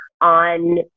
on